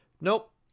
nope